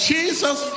Jesus